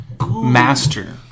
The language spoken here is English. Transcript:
master